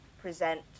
present